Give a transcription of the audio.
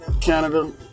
Canada